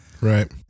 Right